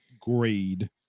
grade